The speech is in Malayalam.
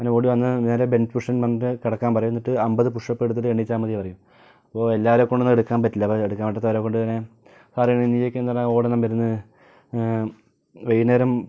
അങ്ങനെ ഓടി വന്നാൽ നേരെ ബെൻഡ് ഫ്യൂഷൻ എന്ന് പറഞ്ഞിട്ട് കിടക്കാൻ പറയും എന്നിട്ട് അമ്പത് പുഷ്അപ്പ് എടുത്തിട്ട് എണീച്ചാൽ മതി പറയും അപ്പോൾ എല്ലാവരെയും കൊണ്ടൊന്നും എടുക്കാൻ പറ്റില്ല അപ്പോൾ എടുക്കാൻ പറ്റാത്തവരെ കൊണ്ട് ഇങ്ങനെ പറയും നീയൊക്കെ എന്തിനാ ഓടാൻ വരുന്നത് വൈകുന്നേരം